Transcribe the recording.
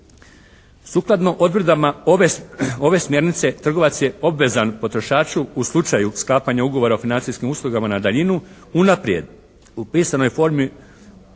Sukladno odredbama ove smjernice trgovac je obvezan potrošaču u slučaju sklapanja ugovor o financijskim uslugama na daljinu unaprijed u pisanoj formi